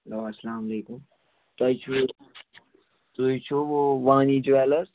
hello السلامُ علیکُم تُہۍ چھُو تُہۍ چھُو وانی جویلر